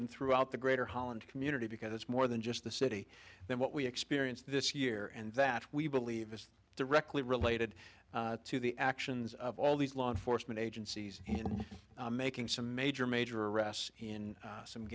and throughout the greater holland community because it's more than just the city than what we experience this year and that we believe it's directly related to the actions of all these law enforcement agencies and making some major major arrests in some